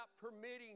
permitting